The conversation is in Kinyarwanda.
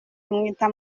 amwita